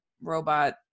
robot